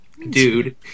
dude